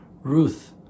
Ruth